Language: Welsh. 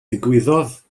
ddigwyddodd